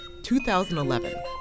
2011